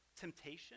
Temptation